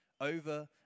over